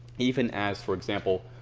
even as, for example,